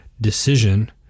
decision